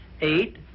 Eight